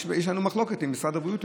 יש לנו מחלוקת עם משרד הבריאות,